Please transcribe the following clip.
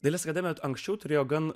dalis kada anksčiau turėjo gan